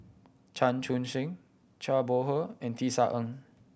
Chan Chun Sing Zhang Bohe and Tisa Ng